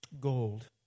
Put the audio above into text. Gold